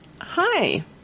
Hi